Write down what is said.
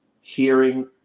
hearing